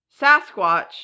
Sasquatch